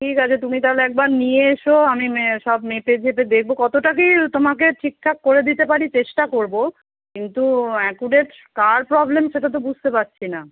ঠিক আছে তুমি তাহলে একবার নিয়ে এসো আমি মে সব মেপে ঝেপে দেখবো কতটা কি তোমাকে ঠিকঠাক করে দিতে পারি চেষ্টা করবো কিন্তু অ্যাক্যুরেট কার প্রবলেম সেটা তো বুঝতে পারছিনা